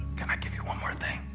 can i give you one more thing?